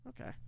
okay